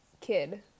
kid